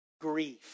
grief